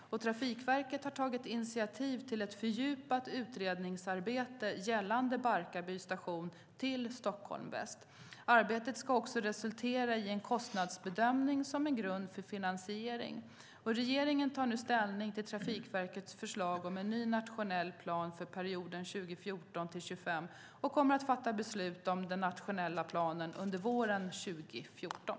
Trafikverket har tagit initiativ till ett fördjupat utredningsarbete gällande Barkarby station till Stockholm väst. Arbetet ska också resultera i en kostnadsbedömning som en grund för finansiering. Regeringen tar nu ställning till Trafikverkets förslag om en ny nationell plan för perioden 2014-2025 och kommer att fatta beslut om den nationella planen under våren 2014.